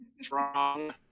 strong